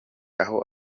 aho